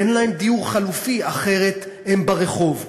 תן להם דיור חלופי, אחרת הם ברחוב.